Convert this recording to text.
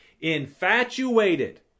infatuated